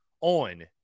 on